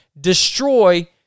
destroy